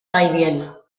gaibiel